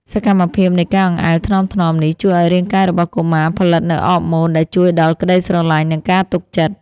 សកម្មភាពនៃការអង្អែលថ្នមៗនេះ ជួយឱ្យរាងកាយរបស់កុមារផលិតនូវអរម៉ូនដែលជួយដល់ក្ដីស្រឡាញ់ និងការទុកចិត្ត